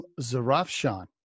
Zarafshan